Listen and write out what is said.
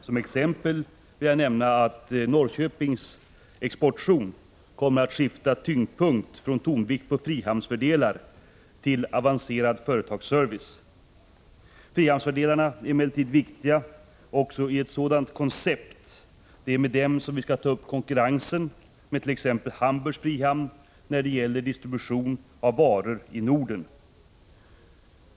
Som exempel vill jag nämna att Norrköpings exportzon kommer att skifta tyngdpunkt från tonvikt på frihamnsfördelar till avancerad företagsservice. Frihamnsfördelarna är emellertid viktiga också i ett sådant koncept. Det är med dem som vi kan ta upp konkurrensen med t.ex. Hamburgs frihamn när det gäller distribution av varor i Norden.